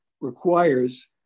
requires